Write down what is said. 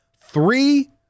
Three